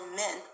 men